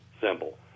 symbol